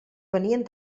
venien